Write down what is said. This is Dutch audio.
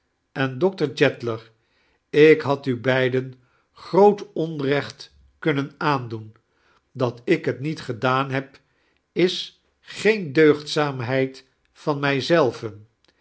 en doctor jeddler ik had u beiden groat onreoht kunnen aandoen dat ik het niet gedaan heb is geen deugdzaamhedd van mij